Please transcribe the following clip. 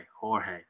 Jorge